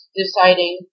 deciding